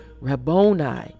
Rabboni